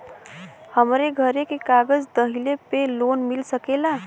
हमरे घरे के कागज दहिले पे लोन मिल सकेला?